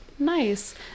nice